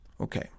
Okay